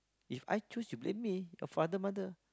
If I choose you blame me your father mother